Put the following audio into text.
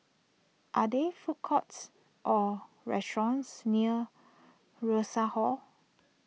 are there food courts or restaurants near Rosas Hall